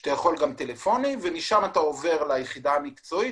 שאתה יכול להגיע טלפונית ומשם אתה עובר ליחידה המקצועית